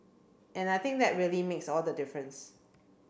and I think that really makes all the difference